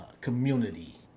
community